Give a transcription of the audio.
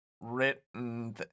written